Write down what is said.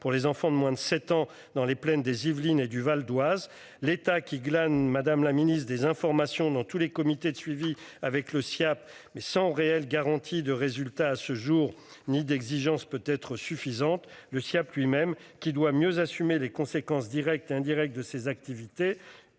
pour les enfants de moins de 7 ans dans les plaines des Yvelines et du Val-d Oise. L'État qui glane Madame la Ministre des informations dans tous les comités de suivi avec le Siaap mais sans réelle garantie de résultat à ce jour, ni d'exigence peut être suffisante. Le Siaap lui-même qui doit mieux assumer les conséquences directes et indirectes de ces activités